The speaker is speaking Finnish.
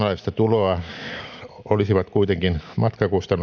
matkakustannusten korvaukset siis kilometrikorvaukset ja